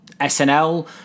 SNL